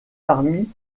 parmi